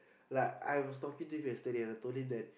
like I was talking to him yesterday I told him that